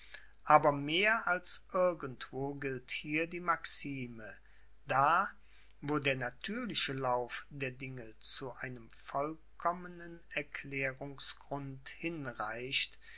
aber mehr als irgendwo gilt hier die maxime da wo der natürliche lauf der dinge zu einem vollkommenen erklärungsgrund hinreicht